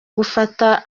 gufata